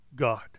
God